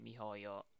mihoyo